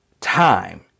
time